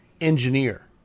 engineer